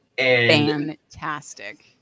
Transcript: Fantastic